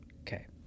Okay